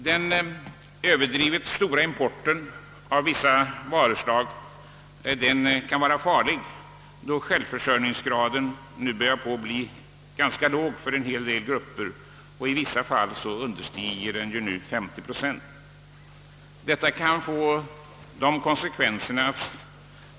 Den överdrivet stora importen av vissa varuslag kan vara farlig, då självförsörjningsgraden nu börjar bli ganska låg i fråga om en del varugrupper och i vissa fall understiger 50 procent.